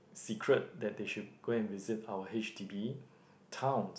secret that they should go and visit our H_D_B town